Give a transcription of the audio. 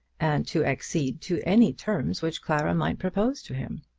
and to accede to any terms which clara might propose to him.